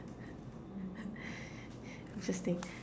interesting